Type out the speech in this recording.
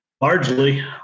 Largely